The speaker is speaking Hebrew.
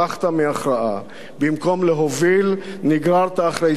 במקום להוביל, נגררת אחרי סקטורים בדלניים.